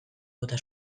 bota